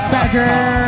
Badger